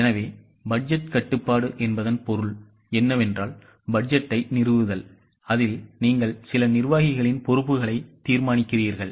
எனவே பட்ஜெட் கட்டுப்பாடு என்பதன் பொருள் என்னவென்றால் பட்ஜெட்டை நிறுவுதல் அதில் நீங்கள் சில நிர்வாகிகளின் பொறுப்புகளை தீர்மானிக்கிறீர்கள்